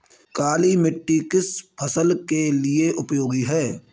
काली मिट्टी किस फसल के लिए उपयोगी होती है?